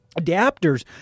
adapters